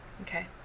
Okay